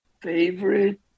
Favorite